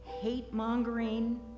Hate-mongering